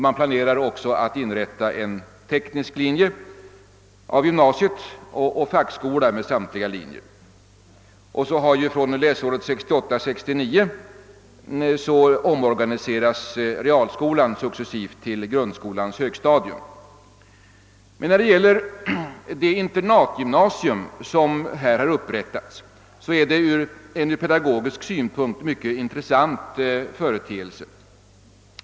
Man planerar också att inrätta en teknisk linje vid gymnasiet och dessutom fackskola inom samtliga linjer. Från och med läsåret 1968—1969 omorganiseras vidare realskolan successivt till grundskolans högstadium. Det internatgymnasium som har upprättats vid denna skola är en från pedagogisk synpunkt mycket intressant företeelse.